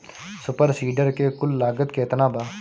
Super seeder के कुल लागत केतना बा?